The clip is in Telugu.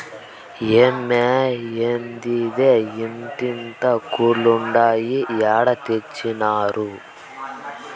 ఏమ్మే, ఏందిదే ఇంతింతాకులుండాయి ఏడ తెచ్చినారు